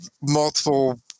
multiple